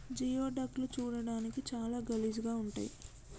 geoduck లు చూడడానికి చాలా గలీజ్ గా ఉంటయ్